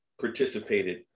participated